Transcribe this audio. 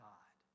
God